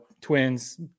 twins